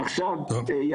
עכשיו,